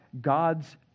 God's